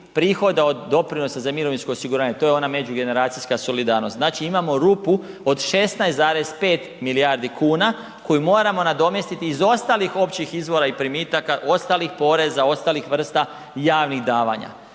prihoda od doprinosa za mirovinsko osiguranje, to je ona međugenracijska solidarnost. Znači imamo rupu od 16,5 milijardi kuna koju moramo nadomjestiti iz ostalih općih izvora i primitaka, ostalih poreza, ostalih vrsta javnih davanja.